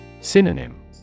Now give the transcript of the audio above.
Synonym